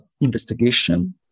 investigation